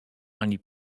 ani